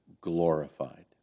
glorified